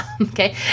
okay